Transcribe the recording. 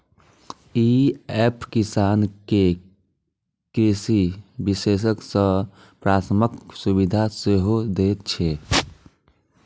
ई app किसान कें कृषि विशेषज्ञ सं परामर्शक सुविधा सेहो दै छै